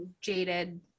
jaded